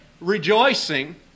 rejoicing